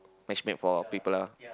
match make for people lah